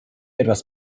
etwas